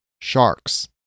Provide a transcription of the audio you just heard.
sharks